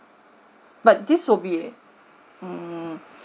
but this will be mm